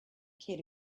kid